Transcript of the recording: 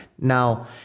Now